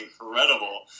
incredible